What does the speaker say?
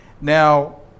Now